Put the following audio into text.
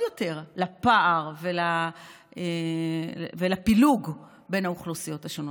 יותר לפער ולפילוג בין האוכלוסיות השונות.